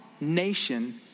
nation